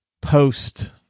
post